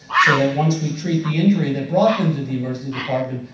so that once we treat the injury that brought them to the emergency department,